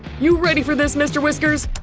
you ready for this mr. whiskers?